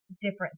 different